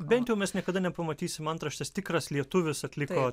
bent jau mes niekada nepamatysim antraštės tikras lietuvis atliko